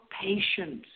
patience